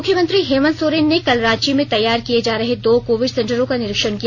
मुख्यमंत्री हेमंत सोरेने ने कल रांची में तैयार किये जा रहे दो कोविड सेंटरों का निरीक्षण किया